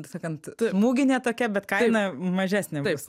sakant smūginė tokia bet kaina mažesnė bus